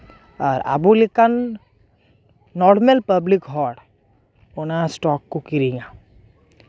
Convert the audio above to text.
ᱟᱨ ᱟᱵᱚ ᱞᱮᱠᱟᱱ normal public ᱦᱚᱲ ᱚᱱᱟ ᱥᱴᱚᱠ ᱠᱚ ᱠᱤᱨᱤᱧᱟ